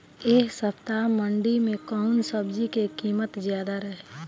एह सप्ताह मंडी में कउन सब्जी के कीमत ज्यादा रहे?